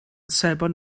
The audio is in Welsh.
sebon